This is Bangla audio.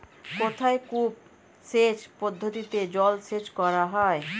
কোথায় কূপ সেচ পদ্ধতিতে জলসেচ করা হয়?